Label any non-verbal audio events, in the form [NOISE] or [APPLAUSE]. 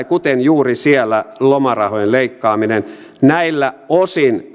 [UNINTELLIGIBLE] kuten juuri siellä lomarahojen leikkaaminen osin